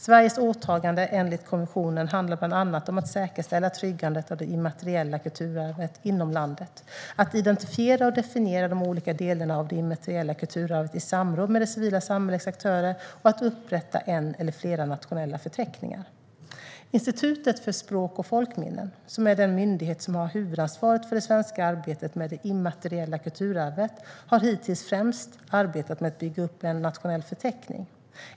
Sveriges åtagande enligt konventionen handlar bland annat om att säkerställa tryggandet av det immateriella kulturarvet inom landet, att identifiera och definiera de olika delarna av det immateriella kulturarvet i samråd med det civila samhällets aktörer och att upprätta en eller flera nationella förteckningar. Institutet för språk och folkminnen, som är den myndighet som har huvudansvaret för det svenska arbetet med det immateriella kulturarvet, har hittills främst arbetat med att bygga upp en nationell förteckning.